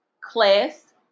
Class